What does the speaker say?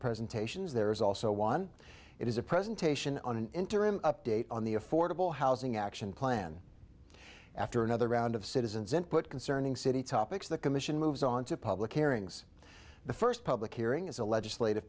presentations there is also one it is a presentation on an interim update on the affordable housing action plan after another round of citizens input concerning city topics the commission moves on to public hearings the first public hearing is a legislative